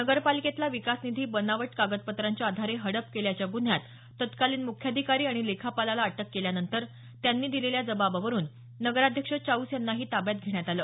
नगरपालिकेतला विकास निधी बनावट कागदपत्रांच्या आधारे हडप केल्याच्या गुन्ह्यात तत्कालिन मुख्याधिकारी आणि लेखापालाला अटक केल्यानंतर त्यांनी दिलेल्या जबाबावरुन नगराध्यक्ष चाऊस यांनाही ताब्यात घेण्यात आलं